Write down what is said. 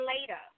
later